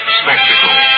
spectacle